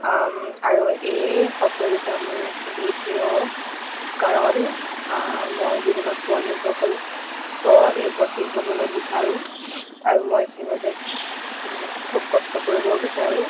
আৰু এই শব্দ দুটা মোৰ খুবেই প্ৰিয় কাৰণ মই জীৱনত স্বনিৰ্ভৰশীল স্বনিৰ্ভৰশীল হ'বলৈ বিচাৰোঁ আৰু মই সেইবাবে খুব কষ্ট কৰিবও বিচাৰোঁ